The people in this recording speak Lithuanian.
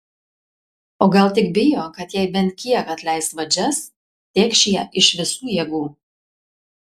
o gal tik bijo kad jei bent kiek atleis vadžias tėkš ją iš visų jėgų